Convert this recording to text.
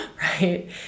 right